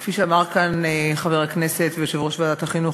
כפי שאמר כאן חבר הכנסת ויושב-ראש ועדת החינוך,